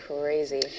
Crazy